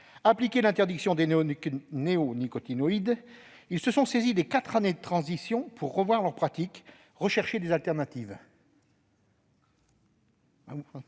appliqué l'interdiction des néonicotinoïdes. Ils se sont saisis des quatre années de transition pour revoir leurs pratiques et rechercher des alternatives.